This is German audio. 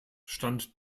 stand